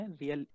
real